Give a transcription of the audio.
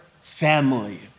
family